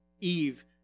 Eve